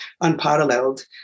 unparalleled